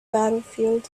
battlefield